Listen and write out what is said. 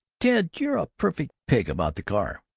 ted, you're a perfect pig about the car!